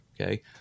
Okay